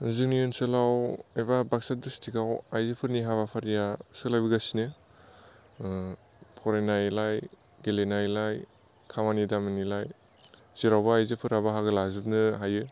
जोंनि ओनसोलाव एबा बाक्सा डिस्ट्रिक आव आइजोफोरनि हाबाफारिया सोलायबोगासिनो फरायनायलाय गेलेनायलाय खामानि दामानिलाय जेरावबो आइजोफोरा बाहागो लाजोबनो हायो